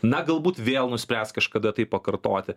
na galbūt vėl nuspręs kažkada tai pakartoti